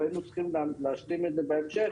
והיינו צריכים להשלים את זה בהמשך